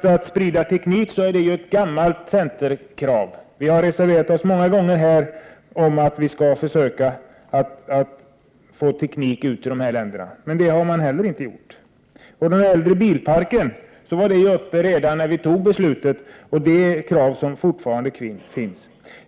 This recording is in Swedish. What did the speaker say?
Kravet på teknikspridning är ett gammalt centerkrav. Vi har många gånger här i riksdagen krävt att vi skall försöka sprida teknik till de aktuella länderna. Men så har inte skett. Vårt krav beträffande den äldre bilparken var uppe till behandling redan när vi fattade beslutet. Vi driver fortfarande detta krav.